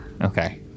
Okay